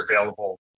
available